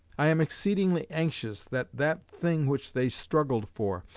i am exceedingly anxious that that thing which they struggled for,